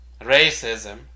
racism